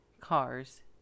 cars